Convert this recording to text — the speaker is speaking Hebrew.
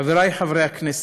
חברי חברי הכנסת,